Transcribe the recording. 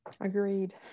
Agreed